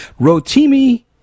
Rotimi